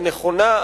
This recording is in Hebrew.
הנכונה,